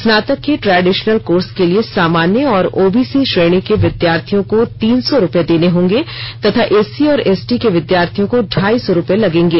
स्नातक के traditional course के लिए सामान्य और ओबीसी श्रेणी के विद्यार्थियों को तीन सौ रूपए देने होंगे तथा एससी और एसटी के विद्यार्थियों को ढाई सौ रूपये लगेंगे